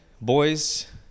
Boys